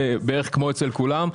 בערך כמו אצל כולם,